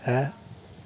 हा